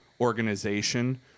organization